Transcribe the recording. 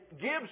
gives